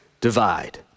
divide